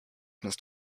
must